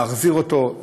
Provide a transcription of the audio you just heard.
להחזיר אותו,